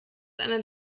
einer